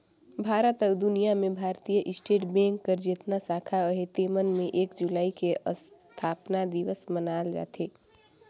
भारत अउ दुनियां में भारतीय स्टेट बेंक कर जेतना साखा अहे तेमन में एक जुलाई के असथापना दिवस मनाल जाथे